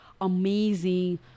amazing